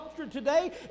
today